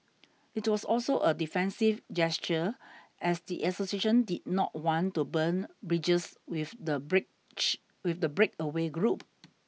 it was also a defensive gesture as the association did not want to burn bridges with the bridge with the breakaway group